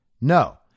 No